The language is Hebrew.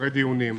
אחרי דיונים,